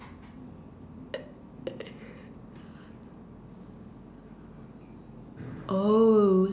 oh